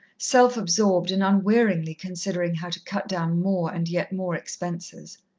self-absorbed, and unwearingly considering how to cut down more and yet more expenses.